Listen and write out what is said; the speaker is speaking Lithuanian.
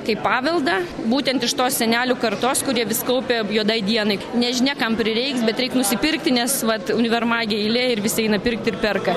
kaip paveldą būtent iš tos senelių kartos kurie vis kaupė juodai dienai nežinia kam prireiks bet reik nusipirkti nes vat univermage eilė ir visi eina pirkti perka